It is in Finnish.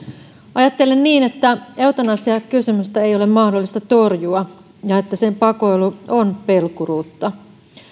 ajattelen niin että eutanasiakysymystä ei ole mahdollista torjua ja että sen pakoilu on pelkuruutta